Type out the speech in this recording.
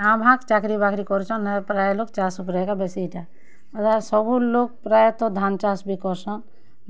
କାଁ ଭାଁ ଚାକିରି ବାକିରି କରିଚନ୍ ନେଇଁ ପ୍ରାୟ୍ ଲୋକ୍ ଚାଷ୍ ଉପ୍ରେ ଏକା ବେଶୀ ଇଟା ସବୁଲୋକ୍ ପ୍ରାୟତଃ ଧାନ୍ ଚାଷ୍ ବି କର୍ସନ୍